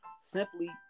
simply